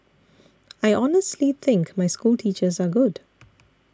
I honestly think my schoolteachers are good